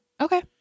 Okay